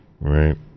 Right